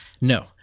No